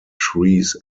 trees